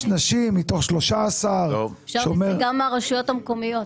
חמש נשים מתוך 13. אפשר נציגה מהרשויות המקומיות.